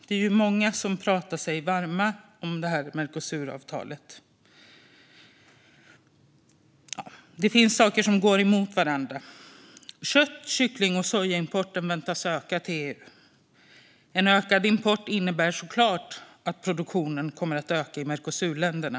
Det är ju många som pratar varmt om Mercosuravtalet. Det finns saker som går emot varandra. Kött, kyckling och sojaimporten väntas öka till EU. En ökad import innebär såklart att produktionen kommer att öka i Mercosurländerna.